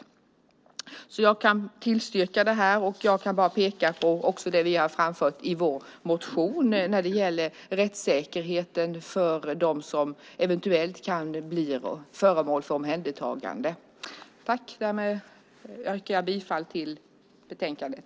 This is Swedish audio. Jag vill också peka på det som vi har framfört i vår motion när det gäller rättssäkerheten för dem som eventuellt kan bli föremål för omhändertagande. Därmed yrkar jag bifall till förslaget i betänkandet.